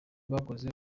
bakoze